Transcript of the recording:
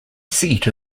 seat